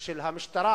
של המשטרה,